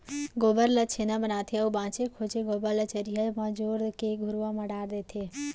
गोबर ल छेना बनाथे अउ बांचे खोंचे गोबर ल चरिहा म जोर के घुरूवा म डार देथे